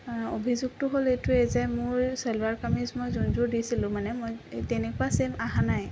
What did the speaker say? অভিযোগটো হ'ল এইটোৱেই যে মোৰ চেলোৱাৰ কামিজ মই যোনযোৰ দিছিলোঁ মানে মই তেনেকুৱা ছেইম আহা নাই